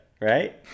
right